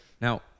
Now